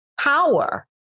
power